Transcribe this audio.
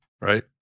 right